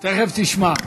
תכף תשמע.